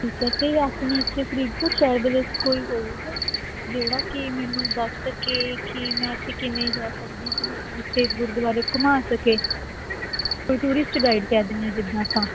ਠੀਕ ਹੈ ਅਤੇ ਆਪਣੇ ਇੱਥੇ ਫਰੀਦਕੋਟ ਸ਼ਹਿਰ ਦੇ ਵਿੱਚ ਕੋਈ ਹੋਵੇਗਾ ਜਿਹੜਾ ਕਿ ਮੈਨੂੰ ਦੱਸ ਸਕੇ ਕੀ ਮੈਂ ਇੱਥੇ ਕਿਵੇਂ ਜਾ ਸਕਦੀ ਅਤੇ ਮੈਨੂੰ ਉੱਥੇ ਗੁਰਦੁਆਰੇ ਘੁੰਮਾ ਸਕੇ ਕੋਈ ਟੂਰਿਸਟ ਗਾਈਡ ਕਹਿ ਦਿੰਦੇ ਹਾਂ ਜਿੱਦਾਂ ਆਪਾਂ